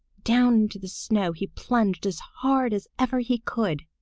down into the snow he plunged as hard as ever he could.